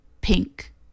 pink